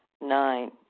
Nine